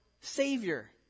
Savior